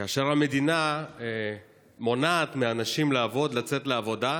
כאשר המדינה מונעת מאנשים לעבוד, לצאת לעבודה,